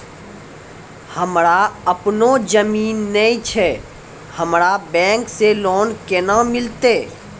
हमरा आपनौ जमीन नैय छै हमरा बैंक से लोन केना मिलतै?